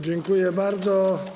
Dziękuję bardzo.